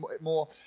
more